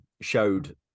Showed